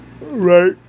Right